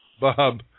Bob